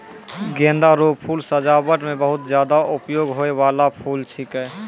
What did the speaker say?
गेंदा रो फूल सजाबट मे बहुत ज्यादा उपयोग होय बाला फूल छिकै